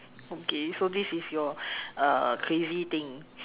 okay so this is your uh crazy thing